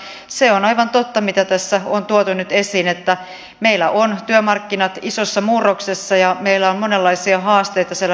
mutta se on aivan totta mitä tässä on tuotu nyt esiin että meillä työmarkkinat ovat isossa murroksessa ja meillä on monenlaisia haasteita siellä ratkaistavana